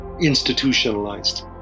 institutionalized